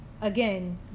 again